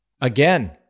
again